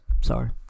Sorry